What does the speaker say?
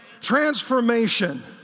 Transformation